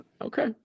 okay